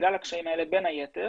בגלל הקשיים האלה בין היתר